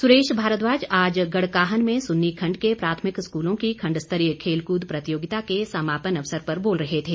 सुरेश भारद्वाज आज गड़काहन में सुन्नी खंड के प्राथमिक स्कूलों की खंड स्तरीय खेलकृद प्रतियोगिता के समापन अवसर पर बोल रहे थे